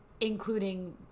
including